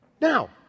now